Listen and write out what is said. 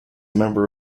member